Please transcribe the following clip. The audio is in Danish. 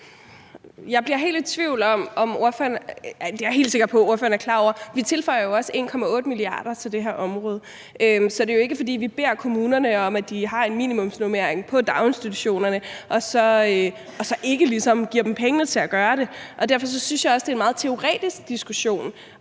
er klar over, at vi jo også tilfører 1,8 mia. kr. til det her område, så det er jo ikke, fordi vi beder kommunerne om at have en minimumsnormering for daginstitutionerne og så ikke ligesom giver dem pengene til at gøre det. Derfor synes jeg også, det er en meget teoretisk diskussion